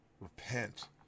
Repent